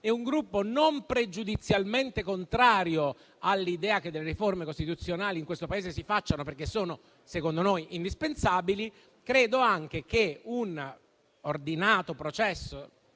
e che non è pregiudizialmente contrario all'idea che le riforme costituzionali in questo Paese si facciano, perché secondo noi sono indispensabili, credo anche che un ordinato processo